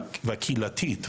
הקהילתית,